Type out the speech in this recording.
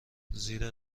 زیرا